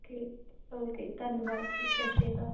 ਠੀਕ ਹੈ ਓਕੇ ਧੰਨਵਾਦ ਜੀ ਸਤਿ ਸ਼੍ਰੀ ਅਕਾਲ